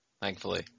thankfully